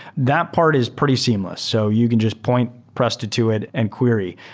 that part is pretty seamless. so you can just point presto to it and query.